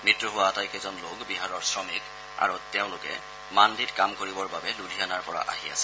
মৃত্যু হোৱা আটাইকেইজন লোক বিহাৰৰ শ্ৰমিক আৰু তেওঁলোকে মাণ্ডিত কাম কৰিবৰ বাবে লুধিয়ানাৰ পৰা আহি আছিল